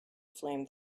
flame